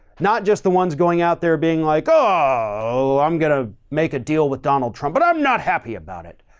not just the ones going out there being like, oh, i'm going to make a deal with donald trump, but i'm not happy about it.